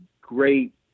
great